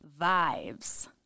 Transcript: Vibes